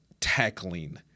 tackling